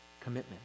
commitment